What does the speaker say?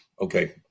okay